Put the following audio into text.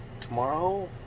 tomorrow